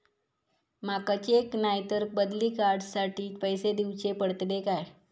माका चेक नाय तर बदली कार्ड साठी पैसे दीवचे पडतले काय?